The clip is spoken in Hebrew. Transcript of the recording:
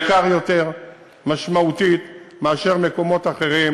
יקר יותר משמעותית מאשר מקומות אחרים,